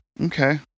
Okay